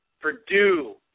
Purdue